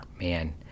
Man